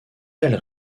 elles